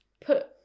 put